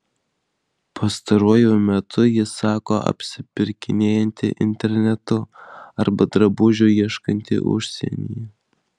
pastaruoju metu ji sako apsipirkinėjanti internetu arba drabužių ieškanti užsienyje